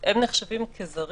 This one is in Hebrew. הם נחשבים זרים,